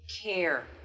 Care